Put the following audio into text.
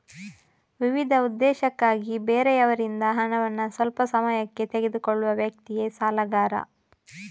ವಿವಿಧ ಉದ್ದೇಶಕ್ಕಾಗಿ ಬೇರೆಯವರಿಂದ ಹಣವನ್ನ ಸ್ವಲ್ಪ ಸಮಯಕ್ಕೆ ತೆಗೆದುಕೊಳ್ಳುವ ವ್ಯಕ್ತಿಯೇ ಸಾಲಗಾರ